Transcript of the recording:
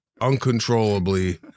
uncontrollably